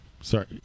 Sorry